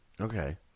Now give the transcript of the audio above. Okay